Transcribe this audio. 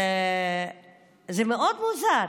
זה מאוד מוזר